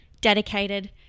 dedicated